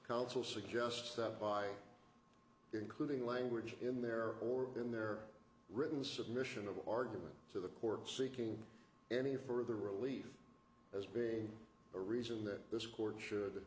council suggests that by including language in there or in their written submission of argument to the court seeking any further relief as being a reason that this court should